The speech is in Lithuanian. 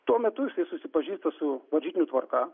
tuo metu jisai susipažįsta su varžytinių tvarka